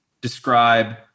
describe